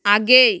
आगे